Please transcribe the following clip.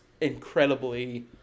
incredibly